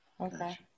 Okay